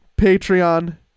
Patreon